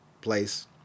place